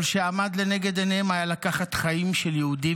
כל שעמד לנגד עיניהם היה לקחת חיים של יהודים